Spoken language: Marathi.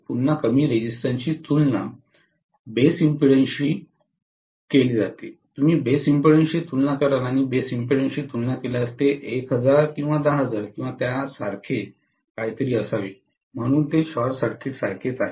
पुन्हा कमी रेझिस्टन्स ची तुलना बेस इम्पेडन्स शी केली जाते तुम्ही बेस इम्पेडन्सशी तुलना कराल आणि बेस इम्पेडन्सशी तुलना केल्यास ते 1000 किंवा 10000 किंवा त्यासारखे काहीतरी असावे म्हणून ते शॉर्ट सर्किटसारखेच आहे